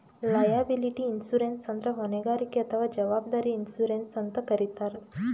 liability insurance ಅಂದ್ರ ಹೊಣೆಗಾರಿಕೆ ಅಥವಾ ಜವಾಬ್ದಾರಿ ಇನ್ಶೂರೆನ್ಸ್ ಅಂತ್ ಕರಿತಾರ್